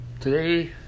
today